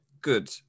good